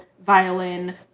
violin